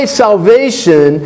salvation